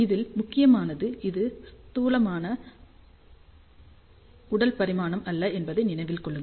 இதில் முக்கியமானது இது ஸ்தூலமான உடல் பரிமாணம் அல்ல என்பதை நினைவில் கொள்ளுங்கள்